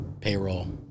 payroll